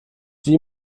wie